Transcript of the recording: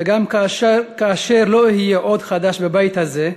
שגם כאשר לא אהיה עוד חדש בבית הזה,